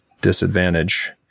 disadvantage